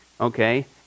okay